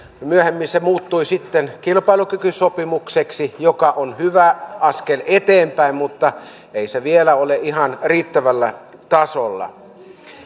myöhemmin se muuttui sitten kilpailukykysopimukseksi joka on hyvä askel eteenpäin mutta ei se vielä ole ihan riittävällä tasolla